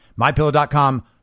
MyPillow.com